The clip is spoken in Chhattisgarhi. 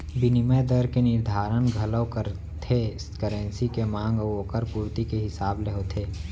बिनिमय दर के निरधारन घलौ करथे करेंसी के मांग अउ ओकर पुरती के हिसाब ले होथे